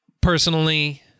personally